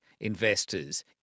investors